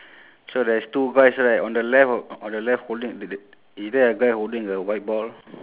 on the right no on the right m~